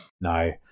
No